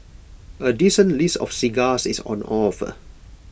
A decent list of cigars is on offer